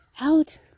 out